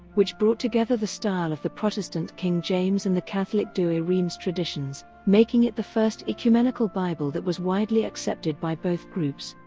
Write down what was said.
which brought together the styles of the protestant king james and the catholic douay-rheims traditions, making it the first ecumenical bible that was widely accepted by both groups.